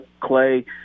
Clay